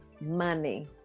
money